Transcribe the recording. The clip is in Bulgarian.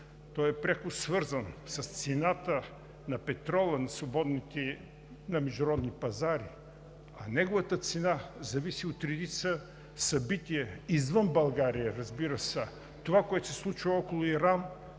Той е пряко свързан с цената на петрола на свободните международни пазари, а неговата цена зависи от редица събития извън България. Разбира се, това, което се случва около Иран,